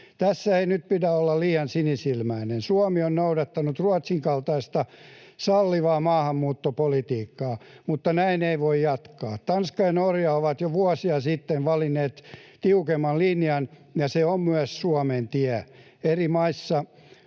Tässä ei nyt pidä olla liian sinisilmäinen. Suomi on noudattanut Ruotsin kaltaista sallivaa maahanmuuttopolitiikkaa, mutta näin ei voi jatkaa. Tanska ja Norja ovat jo vuosia sitten valinneet tiukemman linjan, ja se on myös Suomen tie.